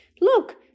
look